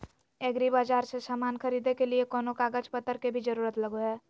एग्रीबाजार से समान खरीदे के लिए कोनो कागज पतर के भी जरूरत लगो है?